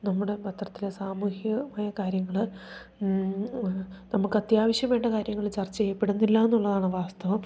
നമ്മുടെ പത്രത്തിലെ സാമൂഹ്യമായ കാര്യങ്ങൾ നമുക്ക് അത്യാവശ്യം വേണ്ട കാര്യങ്ങൾ ചർച്ച ചെയ്യപ്പെടുന്നില്ല എന്നുള്ളതാണ് വാസ്തവം